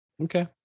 Okay